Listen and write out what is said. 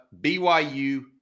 BYU